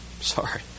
Sorry